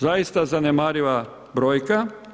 Zaista zanemariva brojka.